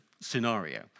scenario